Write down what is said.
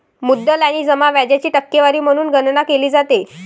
मुद्दल आणि जमा व्याजाची टक्केवारी म्हणून गणना केली जाते